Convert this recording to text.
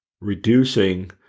reducing